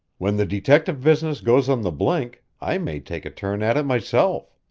when the detective business goes on the blink, i may take a turn at it myself.